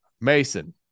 Mason